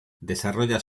desarrolla